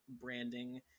branding